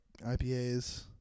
IPAs